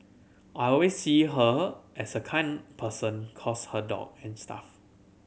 I always see her as a kind person cost her dog and stuff